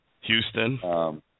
Houston